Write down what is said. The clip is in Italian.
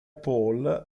paul